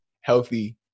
healthy